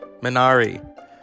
Minari